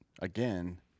again